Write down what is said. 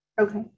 Okay